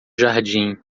jardim